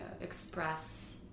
express